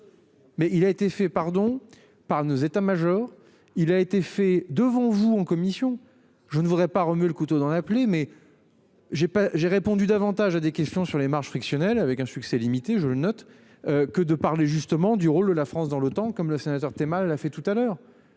Mais il a été fait, pardon, par nos états. Il a été fait devant vous en commission. Je ne voudrais pas remuer le couteau dans l'appeler mais. J'ai pas j'ai répondu davantage à des questions sur les marges frictionnel avec un succès limité, je le note. Que de parler justement du rôle de la France dans l'OTAN comme le sénateur tu es mal la fait tout à l'heure